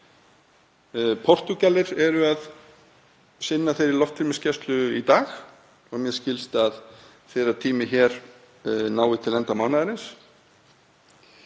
Portúgalir eru að sinna þeirri loftrýmisgæslu í dag og mér skilst að þeirra tími hér nái til enda mánaðarins.